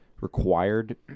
required